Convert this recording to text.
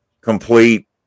complete